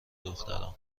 دختران